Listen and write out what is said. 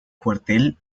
cuartel